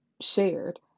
shared